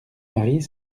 marie